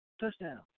touchdown